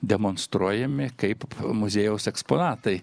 demonstruojami kaip muziejaus eksponatai